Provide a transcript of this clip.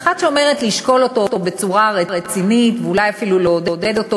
ואחת שאומרת שיש לשקול אותו בצורה רצינית ואולי אפילו לעודד אותו,